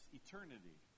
eternity